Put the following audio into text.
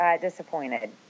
disappointed